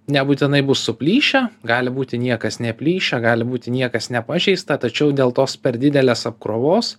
nebūtinai bus suplyšę gali būti niekas neplyšę gali būti niekas nepažeista tačiau dėl tos per didelės apkrovos